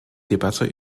debatte